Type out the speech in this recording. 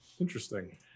Interesting